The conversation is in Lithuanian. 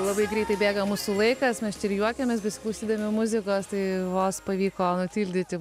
labai greitai bėga mūsų laikas mes čia ir juokiamės besiklausydami muzikos tai vos pavyko nutildyti